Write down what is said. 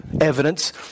evidence